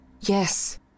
Yes